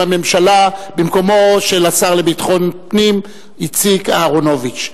הממשלה במקומו של השר לביטחון פנים יצחק אהרונוביץ.